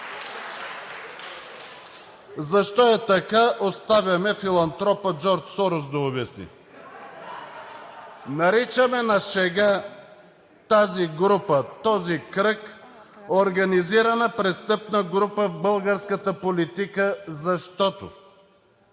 Защо е така, оставяме филантропът Джордж Сорос да обясни. (Шум и реплики.) Наричаме на шега тази група – този кръг, организирана престъпна група в българската политика, защото